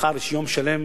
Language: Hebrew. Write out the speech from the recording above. ומחר יש יום שלם